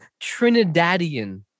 Trinidadian